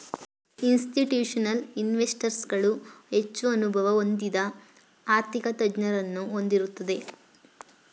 institutional investors ಗಳು ಹೆಚ್ಚು ಅನುಭವ ಹೊಂದಿದ ಆರ್ಥಿಕ ತಜ್ಞರನ್ನು ಹೊಂದಿರುತ್ತದೆ